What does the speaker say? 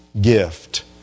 gift